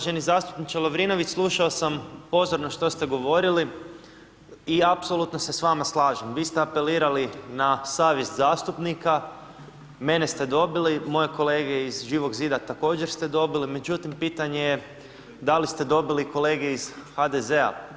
Uvaženi zastupniče Lovrinović, slušao sam pozorno što ste govorili i apsolutno se s vama slažem, vi ste apelirali na savjest zastupnika, mene ste dobili, moje kolege iz Živog zida također ste dobili, međutim pitanje je da li ste dobili kolege iz HDZ-a.